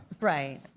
Right